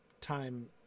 time